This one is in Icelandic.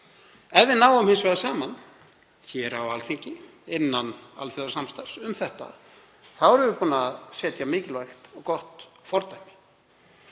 Ef við náum hins vegar saman um þetta á Alþingi, innan alþjóðasamstarfs, þá erum við búin að setja mikilvægt og gott fordæmi.